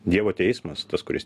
dievo teismas tas kuris